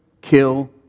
kill